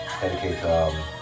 Dedicate